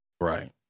Right